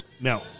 Now